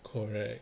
口水